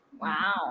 Wow